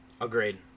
Agreed